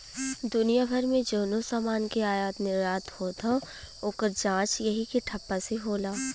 दुनिया भर मे जउनो समान के आयात निर्याट होत हौ, ओकर जांच यही के ठप्पा से होला